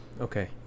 Okay